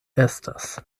estas